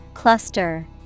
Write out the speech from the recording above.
Cluster